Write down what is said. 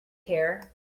care